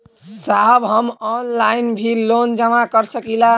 साहब हम ऑनलाइन भी लोन जमा कर सकीला?